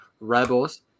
Rebels